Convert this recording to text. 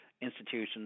institutions